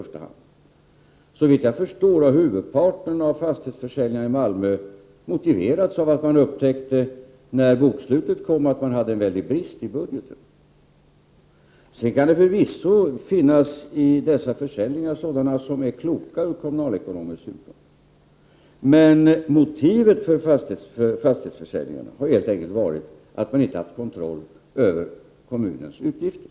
Såvitt jag förstår har huvudparten av fastighetsförsäljningarna i Malmö motiverats av att man vid bokslutet upptäckte en väldig brist i budgeten. Sedan kan det bland dessa försäljningar förvisso finnas sådana som är kloka ur kommunalekonomisk synpunkt. Men motivet för fastighetsförsäljningarna har helt enkelt varit att man inte haft kontroll över kommunens utgifter.